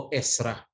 esra